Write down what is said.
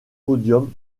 podiums